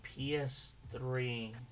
PS3